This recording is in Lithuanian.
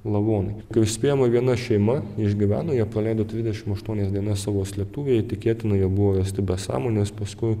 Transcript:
lavonai kaip spėjama viena šeima išgyveno jie paleido trisdešimt aštuonias dienas savo slėptuvėje tikėtina jie buvo rasti be sąmonės paskui